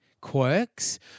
quirks